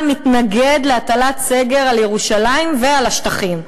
מתנגד להטלת סגר על ירושלים ועל השטחים.